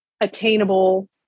attainable